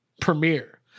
Premiere